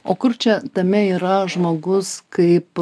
o kur čia tame yra žmogus kaip